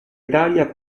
italia